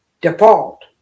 default